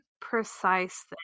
precise